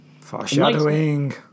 foreshadowing